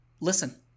listen